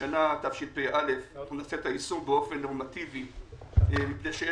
בשנת תשפ"א נעשה את היישום באופן נורמטיבי מפני שיהיו